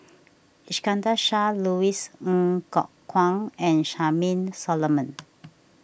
Iskandar Shah Louis Ng Kok Kwang and Charmaine Solomon